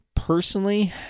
Personally